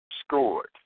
Scored